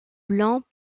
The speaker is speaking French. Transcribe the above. blancs